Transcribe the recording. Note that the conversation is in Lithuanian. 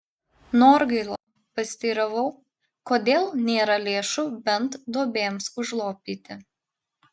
norgailo pasiteiravau kodėl nėra lėšų bent duobėms užlopyti